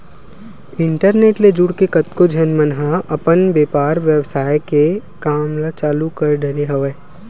internet ले जुड़के कतको झन मन ह अपन बेपार बेवसाय के काम ल चालु कर डरे हवय